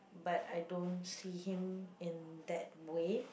but I don't see him in that way